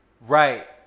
Right